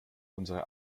unsere